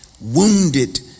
wounded